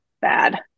bad